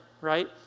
Right